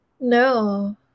no